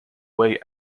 way